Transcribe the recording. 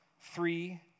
three